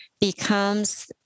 becomes